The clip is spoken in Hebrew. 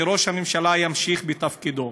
שראש הממשלה ימשיך בתפקידו.